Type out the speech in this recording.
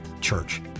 church